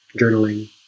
journaling